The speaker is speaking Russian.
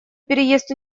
переезд